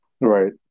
Right